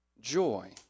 joy